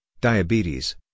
diabetes